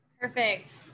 Perfect